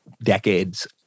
decades